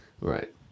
Right